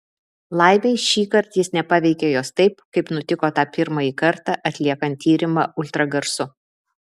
laimei šįkart jis nepaveikė jos taip kaip nutiko tą pirmąjį kartą atliekant tyrimą ultragarsu